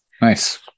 Nice